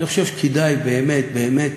אני חושב שכדאי באמת באמת